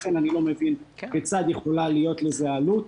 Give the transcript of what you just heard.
לכן אני לא מבין כיצד יכולה להיות לזה עלות.